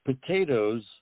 potatoes